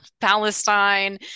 palestine